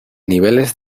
niveles